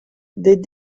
des